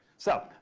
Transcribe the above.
so,